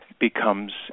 becomes